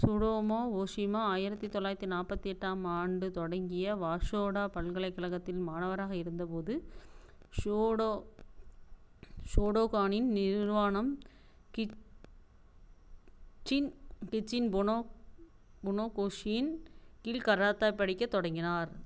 Tsutomu Ohshima ஆயிரத்தி தொள்ளாயிரத்தி நாற்பத்தி எட்டாம் ஆண்டு தொடங்கிய வாஷோடா பல்கலைக்கலகத்தின் மாணவராக இருந்த போது ஷோடோ ஷோடோகானின் நிறுவனம் கிச்சின் கிச்சின் புனோ புனோகோஷியின் கீழ் கராத்தா படிக்கத் தொடங்கினார்